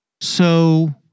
so-